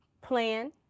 plan